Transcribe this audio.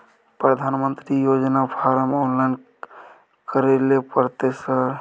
प्रधानमंत्री योजना form online करैले परतै सर?